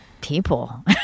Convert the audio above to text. people